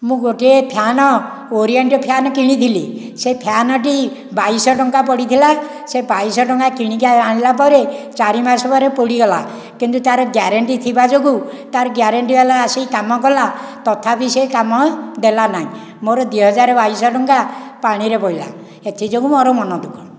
ମୁଁ ଗୋଟିଏ fan Orient fan କିଣିଥିଲି ସେ ଫ୍ୟାନଟି ବାଇଶ ଶହ ଟଙ୍କା ପଡ଼ିଥିଲା ସେ ବାଇଶ ଶହ ଟଙ୍କା କିଣିକି ଆଣିଲା ପରେ ଚାରି ମାସ ପରେ ପୋଡ଼ିଗଲା କିନ୍ତୁ ତାର ଗ୍ୟାରେଣ୍ଟି ଥିବା ଯୋଗୁଁ ତାର ଗ୍ୟାରେଣ୍ଟି ବାଲା ଆସି କାମ କଲା ତଥାପି ସେ କାମ ଦେଲା ନାହିଁ ମୋର ଦୁଇହଜାର ବାଇଶ ଶହ ଟଙ୍କା ପାଣିରେ ପଡ଼ିଲା ଏଥିଯୋଗୁ ମୋର ମନ ଦୁଃଖ